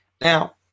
Now